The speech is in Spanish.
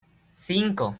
cinco